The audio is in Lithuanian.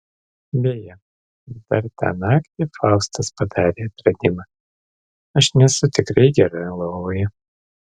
beje dar tą naktį faustas padarė atradimą aš nesu tikrai gera lovoje